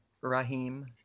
Raheem